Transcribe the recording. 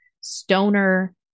stoner